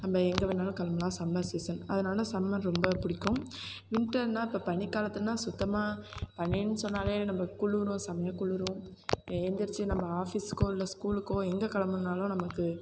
நம்ம எங்கே வேணாலும் கிளம்பலாம் சம்மர் சீசன் அதனால சம்மர் ரொம்ப பிடிக்கும் வின்டர்னால் இப்போ பனிக்காலத்துலன்னால் சுத்தமாக பனின்னு சொன்னாலே நம்மளுக்கு குளிரும் செம்மையா குளிரும் ஏழுந்திருச்சு நம்ம ஆஃபீஸுக்கோ இல்லை ஸ்கூலுக்கோ எங்கே கிளம்புணும்னாலும் நமக்கு